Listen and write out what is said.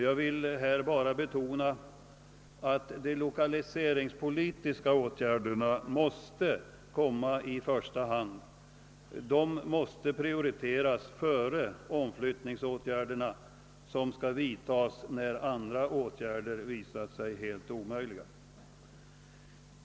Jag vill här bara betona att de lokaliseringspolitiska åtgärderna måste komma i första hand. De måste prioriteras framför omflyttningsåtgärderna, som skall vidtagas när andra åtgärder visat sig helt omöjliga.